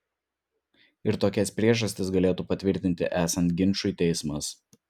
ir tokias priežastis galėtų patvirtinti esant ginčui teismas